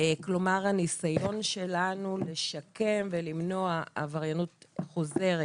כלומר הניסיון שלנו לשקם ולמנוע עבריינות חוזרת